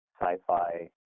sci-fi